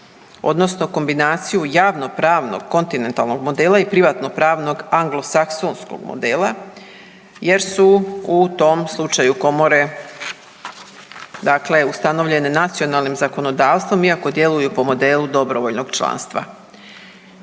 odnosno kombinaciju javnopravnog kontinentalnog modela i privatnopravnog anglosaksonskog modela jer su u tom slučaju komore dakle ustanovljene nacionalnim zakonodavstvom iako djeluju po modelu dobrovoljnog članstva.